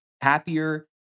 happier